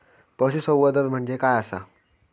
पशुसंवर्धन म्हणजे काय आसा?